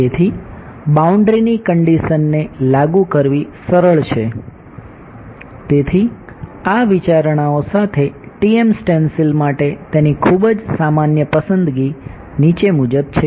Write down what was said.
તેથી બાઉન્ડ્રી માટે તેની ખૂબ જ સામાન્ય પસંદગી નીચે મુજબ છે